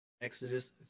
Exodus